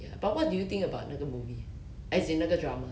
but what do you think about 那个 movie as in 那个 drama